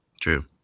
true